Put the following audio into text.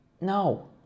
no